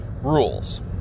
rules